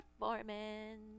performance